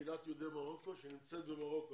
סדר היום הוא קהילת יהודי מרוקו שנמצאת במרוקו,